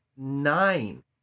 Nine